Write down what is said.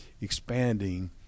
expanding